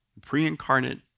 Pre-incarnate